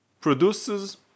produces